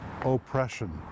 oppression